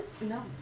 No